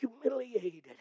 humiliated